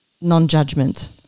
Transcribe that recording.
non-judgment